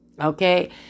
Okay